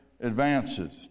advances